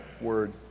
word